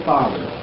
Father